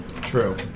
True